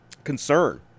concern